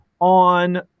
on